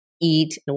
eat